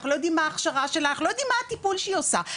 לא יודעים מה ההכשרה שלה ולא יודעים מה הטיפול שהיא עושה.